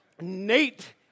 Nate